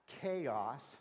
chaos